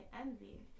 envy